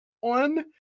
one